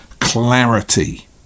Clarity